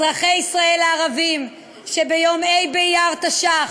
אזרחי ישראל הערבים, שביום ה' באייר תש"ח,